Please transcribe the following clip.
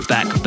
Back